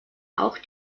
auch